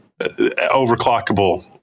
overclockable